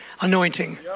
anointing